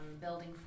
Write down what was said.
building